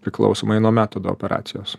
priklausomai nuo metodo operacijos